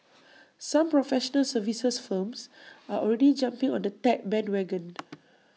some professional services firms are already jumping on the tech bandwagon